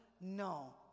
No